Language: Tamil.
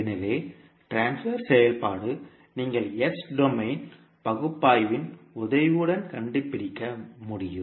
எனவே ட்ரான்ஸ்பர் செயல்பாடு நீங்கள் S டொமைன் பகுப்பாய்வின் உதவியுடன் கண்டுபிடிக்க முடியும்